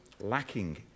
lacking